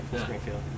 Springfield